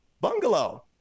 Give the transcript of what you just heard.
bungalow